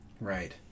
Right